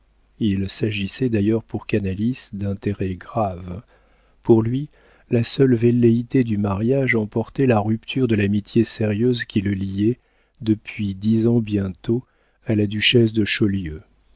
il s'agissait d'ailleurs pour canalis d'intérêts graves pour lui la seule velléité du mariage emportait la rupture de l'amitié sérieuse qui le liait depuis dix ans bientôt à la duchesse de